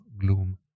Gloom